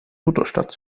lutherstadt